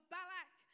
Balak